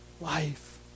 life